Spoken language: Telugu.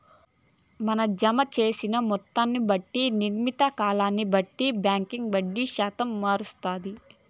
మన జమ జేసిన మొత్తాన్ని బట్టి, నిర్ణీత కాలాన్ని బట్టి బాంకీ వడ్డీ శాతం మారస్తాది